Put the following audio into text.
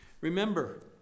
Remember